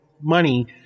money